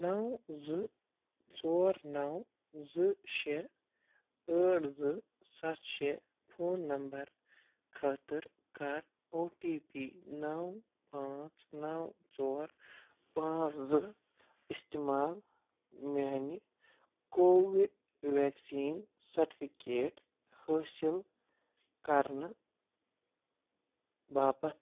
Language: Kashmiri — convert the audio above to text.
نَو زٕ ژور نَو زٕ شےٚ ٲٹھ زٕ سَتھ شےٚ فون نمبر خٲطرٕ کَر او ٹی پی نَو پانٛژھ نَو ژور پانٛژھ زٕ اِستعمال میٛانہِ کووِڈ وٮ۪کسیٖن سرٹِفکیٹ حٲصِل کرنہٕ باپتھ